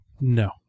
No